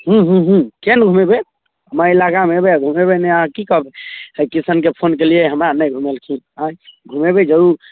हुँ हुँ हुँ किएक नहि घुमेबै हमरा इलाकामे अएबै आओर घुमेबै नहि अहाँ कि कहबै हरकिशनके फोन केलिए हमरा नहि घुमेलखिन अँए घुमेबै जरूर